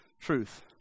truth